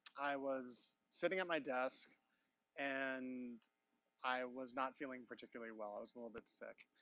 i was sitting at my desk and i was not feeling particularly well. i was a little bit sick.